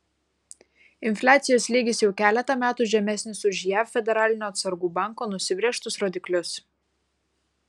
infliacijos lygis jau keletą metų žemesnis už jav federalinio atsargų banko nusibrėžtus rodiklius